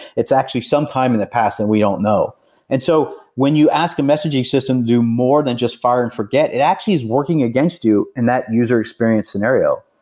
it's actually some time in the past and we don't know and so when you ask a messaging system do more than just fire and forget, it actually is working against you in that user experience scenario.